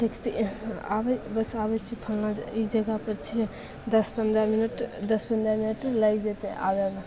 taxi आबै bus आबै छी फल्लाँ ई जगहपर छिअऽ दस पनरह मिनट दस पनरह मिनट लागि जेतै आबैमे